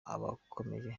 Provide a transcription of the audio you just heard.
abakomeje